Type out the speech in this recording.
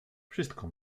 wszystko